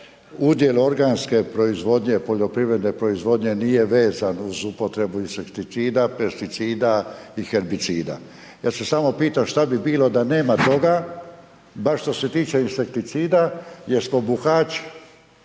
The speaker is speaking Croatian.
udjel organske proizvodnje, poljoprivredne proizvodnje nije vezan uz upotrebu insekticida, pesticida i herbicida. Ja se samo pitam što bi bilo da nema toga bar što se tiče insekticida jer smo buhač,